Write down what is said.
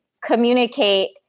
communicate